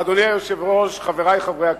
אדוני היושב-ראש, חברי חברי הכנסת,